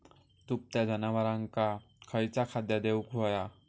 दुभत्या जनावरांका खयचा खाद्य देऊक व्हया?